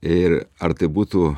ir ar tai būtų